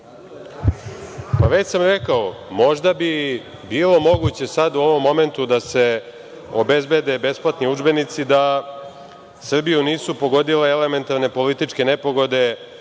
Već sam rekao, možda bi bilo moguće u ovom momentu da se obezbede besplatni udžbenici da Srbiju nisu pogodile elementarne političke nepogode